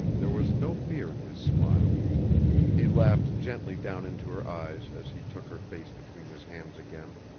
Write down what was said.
there was no fear in his smile he laughed gently down into her eyes as he took her face between his hands again.